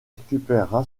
récupéra